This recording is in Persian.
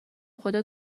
خدا